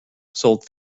sold